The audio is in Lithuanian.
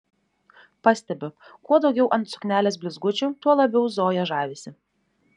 pastebiu kuo daugiau ant suknelės blizgučių tuo labiau zoja žavisi